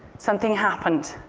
something happened.